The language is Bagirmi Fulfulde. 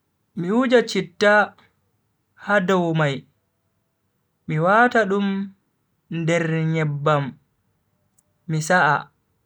mi wuja citta ha dow mai, mi wata dum der nyebbam mi sa'a.